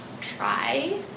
try